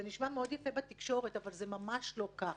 זה נשמע מאוד יפה, אבל זה ממש לא כך.